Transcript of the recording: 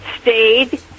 stayed